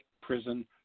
prison